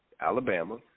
Alabama